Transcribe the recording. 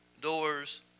doors